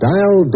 Dial